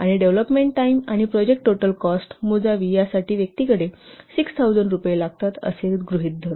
आणि development time आणि project total cost यासाठी व्यक्तीकडे 6000 रुपये लागतात असे गृहित धरू